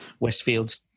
Westfields